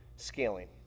scaling